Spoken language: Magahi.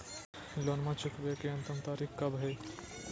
लोनमा चुकबे के अंतिम तारीख कब हय?